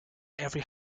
every